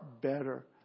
better